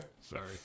Sorry